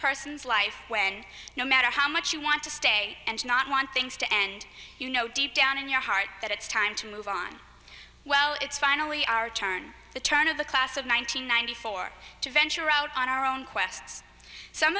person's life when no matter how much you want to stay and not want things to end you know deep down in your heart that it's time to move on well it's finally our turn the turn of the class of one thousand nine hundred four to venture out on our own